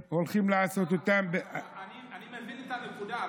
אני מבין את הנקודה,